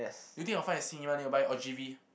do you think I will find a cinema nearby or G_V